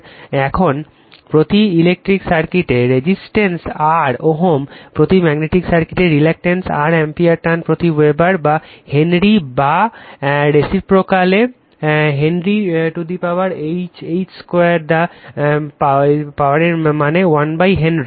এখন প্রতি ইলেকট্রিক সার্কিটে রেসিসটেন্স R ওহম প্রতি ম্যাগনেটিক সার্কিটে রিলাক্টেস R অ্যাম্পিয়ার টার্ন প্রতি ওয়েবার বা হেনরি বা রেসিপ্রোকালে সময় রেফার করুন 1603 henry to the power H 2 the power এর মানে হল 1 হেনরি